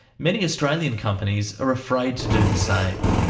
many australians companies are afraid to do the same.